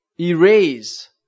erase